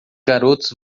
garotos